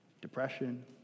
depression